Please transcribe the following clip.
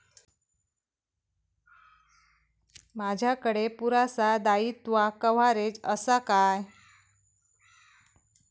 माजाकडे पुरासा दाईत्वा कव्हारेज असा काय?